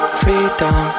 freedom